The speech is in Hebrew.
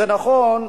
זה נכון,